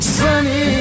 sunny